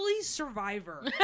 survivor